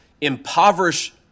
impoverish